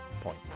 point